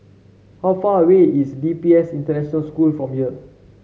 how far away is D P S International School from here